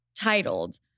titled